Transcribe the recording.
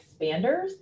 expanders